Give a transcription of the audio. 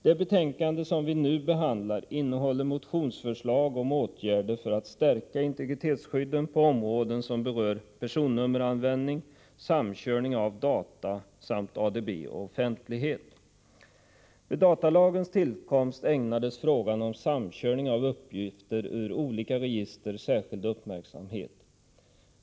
Det betänkande som vi nu behandlar innehåller motionsförslag om åtgärder för att stärka integritetsskyddet på områden som berör personnummeranvändning, samkörning av data samt ADB och offentlighet. Vid datalagens tillkomst ägnades frågan om samkörning av uppgifter ur olika register särskild uppmärksamhet.